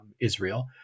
Israel